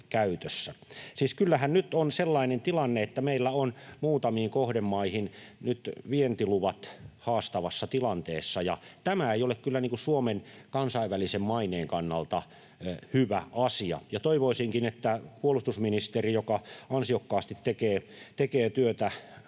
Siis kyllähän nyt on sellainen tilanne, että meillä ovat vientiluvat muutamiin kohdemaihin haastavassa tilanteessa, ja tämä ei ole kyllä Suomen kansainvälisen maineen kannalta hyvä asia. Toivoisinkin, että puolustusministeri, joka ansiokkaasti tekee työtä